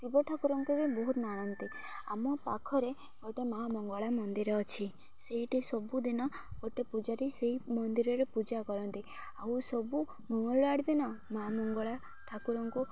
ଶିବ ଠାକୁରଙ୍କୁ ବି ବହୁତ ମାନନ୍ତି ଆମ ପାଖରେ ଗୋଟେ ମା ମଙ୍ଗଳା ମନ୍ଦିର ଅଛି ସେଇଠି ସବୁଦିନ ଗୋଟେ ପୂଜାରୀ ସେଇ ମନ୍ଦିରରେ ପୂଜା କରନ୍ତି ଆଉ ସବୁ ମଙ୍ଗଳବାର ଦିନ ମା ମଙ୍ଗଳା ଠାକୁରଙ୍କୁ